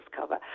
cover